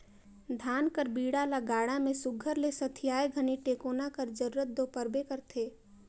धान कर बीड़ा ल गाड़ा मे सुग्घर ले सथियाए घनी टेकोना कर जरूरत दो परबे करथे